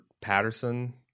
Patterson